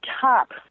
top